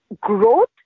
growth